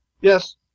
Yes